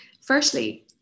Firstly